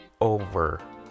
over